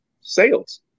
sales